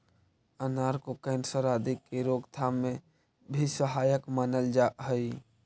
अनार को कैंसर आदि के रोकथाम में भी सहायक मानल जा हई